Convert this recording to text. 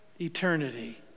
eternity